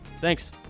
Thanks